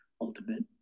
ultimate